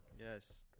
yes